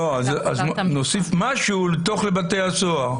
לא, אז נוסיף משהו לתוך בתי הסוהר.